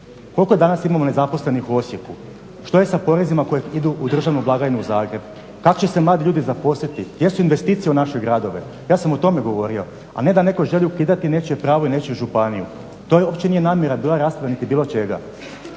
Koliko danas imamo nezaposlenih u Osijeku? Što je sa porezima koji idu u državnu blagajnu u Zagreb? Kako će se mladi ljudi zaposliti? Gdje su investicije u naše gradove? Ja sam o tome govorio, a ne da netko želi ukidati nečije pravo i nečiju županiju. To uopće nije namjera bila rasprave niti bilo čega.